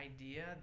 idea